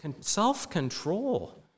self-control